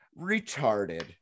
retarded